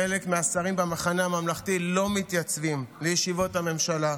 חלק מהשרים במחנה הממלכתי לא מתייצבים לישיבות הממשלה,